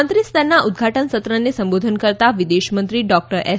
મંત્રી સ્તરના ઉદઘાટન સત્રને સંબોધન કરતાં વિદેશમંત્રી ડોક્ટર એસ